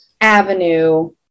avenue